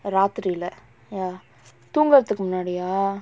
ராத்திரி:raathiri lah ya தூங்குறதுக்கு முன்னாடியா:thoongurathukku munnaadiyaa